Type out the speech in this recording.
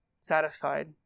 satisfied